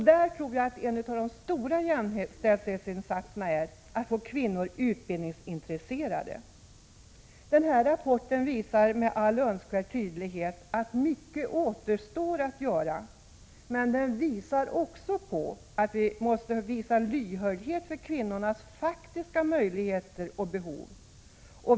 Där tror jag att en av de stora jämställdhetsinsatserna är att få kvinnor intresserade av utbildning. I rapporten framgår med all önskvärd tydlighet att mycket återstår att göra, men också att vi måste visa lyhördhet för kvinnornas faktiska möjligheter och behov.